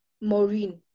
maureen